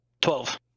Twelve